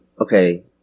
okay